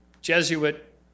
Jesuit